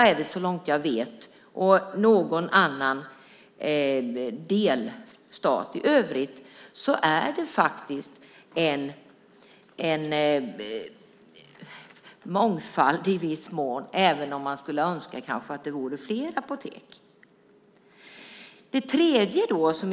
Förutom i Kuba och någon annan delstat är det en mångfald, även om man skulle önska att det vore fler apotek.